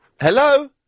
Hello